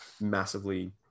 massively